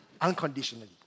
unconditionally